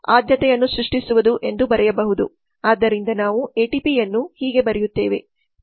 ಆದ್ದರಿಂದ ನಾವು ಎಟಿಪಿಯನ್ನು ಹೀಗೆ ಬರೆಯುತ್ತೇವೆ